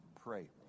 pray